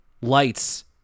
lights